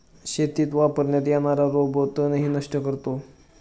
शेतीत वापरण्यात येणारा रोबो तणही नष्ट करतो